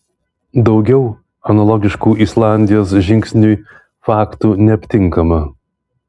daugiau analogiškų islandijos žingsniui faktų neaptinkama